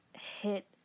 hit